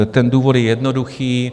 Ten důvod je jednoduchý.